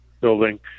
building